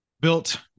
built